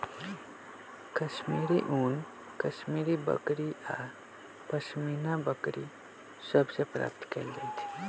कश्मीरी ऊन कश्मीरी बकरि आऽ पशमीना बकरि सभ से प्राप्त कएल जाइ छइ